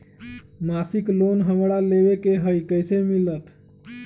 मासिक लोन हमरा लेवे के हई कैसे मिलत?